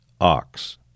ox